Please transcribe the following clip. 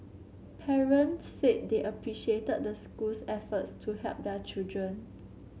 parents said they appreciated the school's efforts to help their children